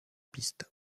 pistes